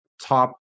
top